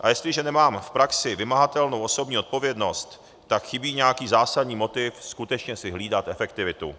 A jestliže nemám v praxi vymahatelnou osobní odpovědnost, tak chybí nějaký zásadní motiv skutečně si hlídat efektivitu.